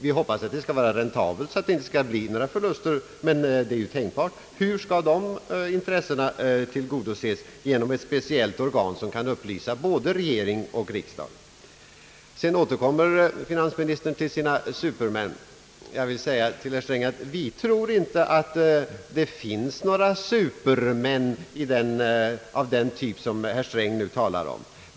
Vi hoppas att verksamheten skall bli räntabel, men det är ju tänkbart att förluster uppstår. Hur skall de intressena tillgodoses genom ett speciellt organ, som kan upplysa både regering och riksdag? Finansministern återkom till sina supermän. Jag vill säga till herr Sträng, att vi inte tror på att det finns några supermän av den typ som herr Sträng talat om.